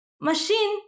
machine